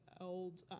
old